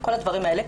כל הדברים האלה,